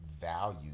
value